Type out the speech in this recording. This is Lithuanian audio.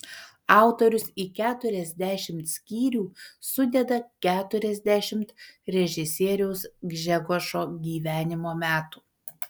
autorius į keturiasdešimt skyrių sudeda keturiasdešimt režisieriaus gžegožo gyvenimo metų